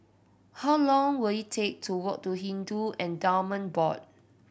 how long will it take to walk to Hindu Endowment Board